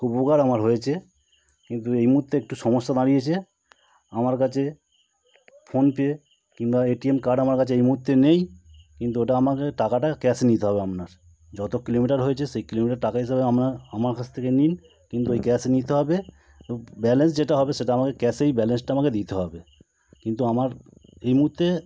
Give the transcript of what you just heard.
উপকার আমার হয়েছে কিন্তু এই মুহূর্তে একটু সমস্যা দাঁড়িয়েছে আমার কাছে ফোনপে কিংবা এটিএম কার্ড আমার কাছে এই মুহূর্তে নেই কিন্তু ওটা আমাকে টাকাটা ক্যাশ নিতে হবে আপনার যত কিলোমিটার হয়েছে সেই কিলোমিটার টাকা হিসাবে আপনার আমার কাছ থেকে নিন কিন্তু ওই ক্যাশ নিতে হবে ব্যালেন্স যেটা হবে সেটা আমাকে ক্যাশেই ব্যালেন্সটা আমাকে দিতে হবে কিন্তু আমার এই মুহূর্তে